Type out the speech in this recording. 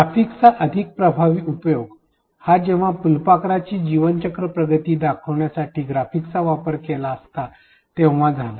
ग्राफिक्सचा अधिक प्रभावी उपयोग हा जेव्हा फुलपाखराची जीवनचक्र प्रगती दर्शविण्याकरता ग्राफिक्सचा वापर केला असता तेंव्हा झाला